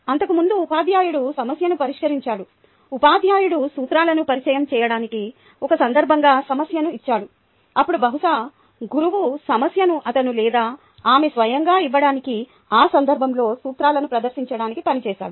అంతకుముందు ఉపాధ్యాయుడు సమస్యను పరిష్కరించాడు ఉపాధ్యాయుడు సూత్రాలను పరిచయం చేయడానికి ఒక సందర్భంగా సమస్యను ఇచ్చాడు అప్పుడు బహుశా గురువు సమస్యను అతను లేదా ఆమె స్వయంగా ఇవ్వడానికి ఆ సందర్భంలో సూత్రాలను ప్రదర్శించడానికి పనిచేశాడు